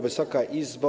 Wysoka Izbo!